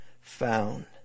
found